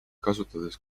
kasutades